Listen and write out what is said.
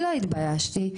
לא התביישתי,